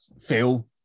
Phil